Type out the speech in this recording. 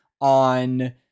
On